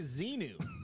Zenu